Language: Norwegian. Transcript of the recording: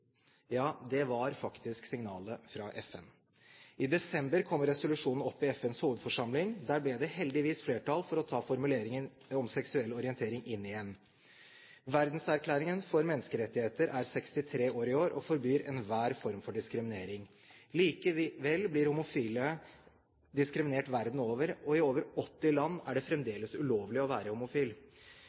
Det var faktisk signalet fra FN. I desember kom resolusjonen opp i FNs hovedforsamling. Der ble det heldigvis flertall for å ta formuleringen om seksuell orientering inn igjen. Verdenserklæringen om menneskerettigheter er 63 år i år og forbyr enhver form for diskriminering. Likevel blir homofile diskriminert verden over, og i over 80 land er det fremdeles ulovlig å være homofil.